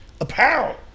Apparel